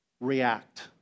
react